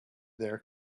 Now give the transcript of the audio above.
their